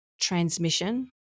transmission